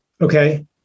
okay